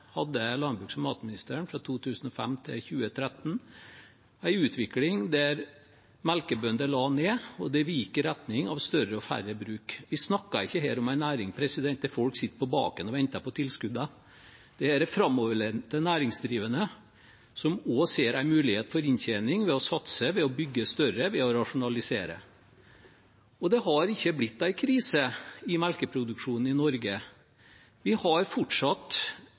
hadde landbruks- og matministeren, fra 2005 til 2013, en utvikling der melkebønder la ned, og det gikk i retning av større og færre bruk. Vi snakker ikke her om en næring der folk sitter på baken og venter på tilskudd. Dette er framoverlente næringsdrivende som også ser en mulighet for inntjening ved å satse, ved å bygge større og ved å rasjonalisere. Og det har ikke blitt noen krise i melkeproduksjonen i Norge. Vi har fortsatt